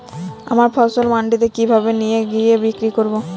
আমার ফসল মান্ডিতে কিভাবে নিয়ে গিয়ে বিক্রি করব?